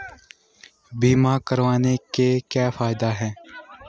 बीमा करवाने के क्या फायदे हैं?